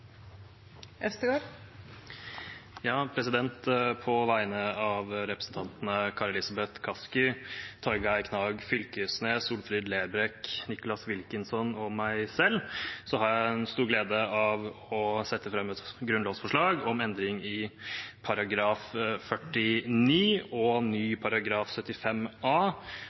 På vegne av representantene Kari Elisabeth Kaski, Torgeir Knag Fylkesnes, Solfrid Lerbrekk, Nicholas Wilkinson og meg selv har jeg den store glede å sette fram et grunnlovsforslag om endring i § 49 og ny § 75 a,